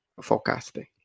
forecasting